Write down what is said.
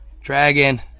dragon